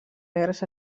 negres